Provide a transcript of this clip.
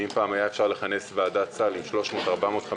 רואים ילדים עם סוכרת עם טייפ 2 וכבד